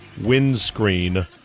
windscreen